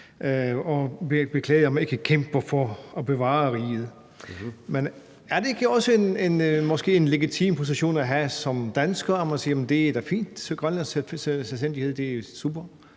og beklagede, at de ikke kæmper for at bevare riget. Men er det måske ikke også en legitim position at have som dansker at sige: Det er da fint. Grønlands selvstændighed er da super?